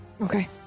Okay